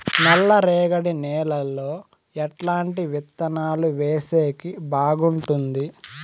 నల్లరేగడి నేలలో ఎట్లాంటి విత్తనాలు వేసేకి బాగుంటుంది?